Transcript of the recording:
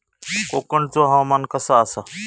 कोकनचो हवामान कसा आसा?